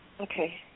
Okay